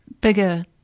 bigger